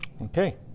Okay